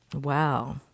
Wow